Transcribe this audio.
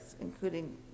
including